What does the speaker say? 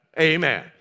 Amen